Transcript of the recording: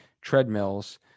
treadmills